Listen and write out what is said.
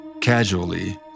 Casually